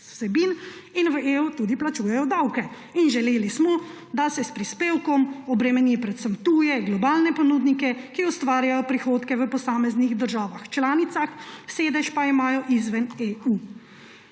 in v EU tudi plačujejo davke. Želeli smo, da se s prispevkom obremenijo predvsem tuji globalni ponudniki, ki ustvarjajo prihodke v posameznih državah članicah, sedež pa imajo izven EU.